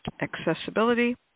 accessibility